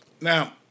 Now